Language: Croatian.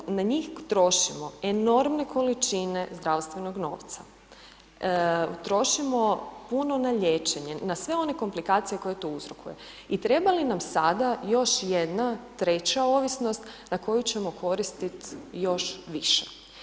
Na nju, na njih trošimo enormne količine zdravstvenog novca, utrošimo puno na liječenje, na sve one komplikacije koje to uzrokuje i treba li nam sada još jedna treća ovisnost na koju ćemo koristit još više.